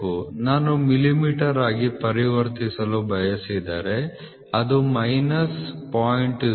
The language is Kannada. ನಾನು ಮಿಲಿಮೀಟರ್ ಆಗಿ ಪರಿವರ್ತಿಸಲು ಬಯಸಿದರೆ ಅದು ಮೈನಸ್ 0